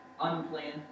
unplanned